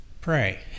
pray